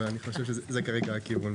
אבל אני חושב שזה כרגע הכיוון.